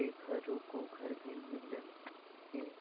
बेघरों को घर भी मिललई हे